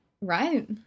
Right